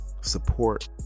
support